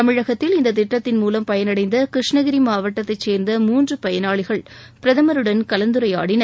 தமிழகத்தில் இந்த திட்டத்திள் மூலம் பயன்டந்த கிருஷ்ணகிரி மாவட்டத்தைச் சேர்ந்த மூன்று பயனாளிகள் பிரதமருடன் கலந்துரையாடினர்